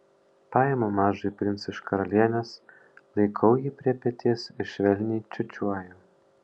paimu mažąjį princą iš karalienės laikau jį prie peties ir švelniai čiūčiuoju